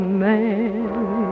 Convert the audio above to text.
man